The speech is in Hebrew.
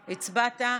הצבעת.